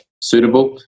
suitable